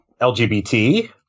LGBT